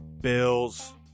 Bills